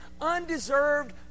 undeserved